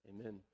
amen